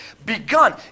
begun